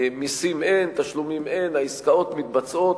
מסים אין, תשלומים אין, והעסקאות מתבצעות.